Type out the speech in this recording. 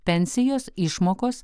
pensijos išmokos